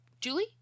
julie